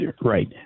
Right